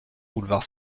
boulevard